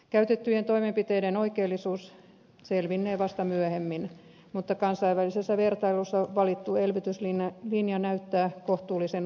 käytettyjen toimenpiteiden oikeellisuus selvinnee vasta myöhemmin mutta valittu elvytyslinja näyttää kansainvälisessä vertailussa kohtuullisen onnistuneelta